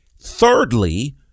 thirdly